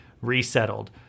resettled